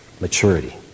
maturity